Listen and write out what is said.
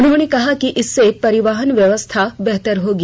उन्होंने कहा कि इससे परिवहन व्यवस्था बेहतर होगी